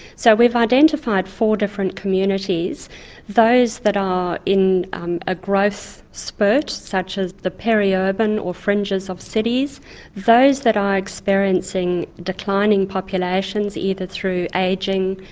so we've identified four different communities those that are in a growth spurt such as the peri-urban or fringes of cities those that are experiencing declining populations either through ageing,